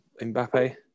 Mbappe